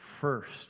first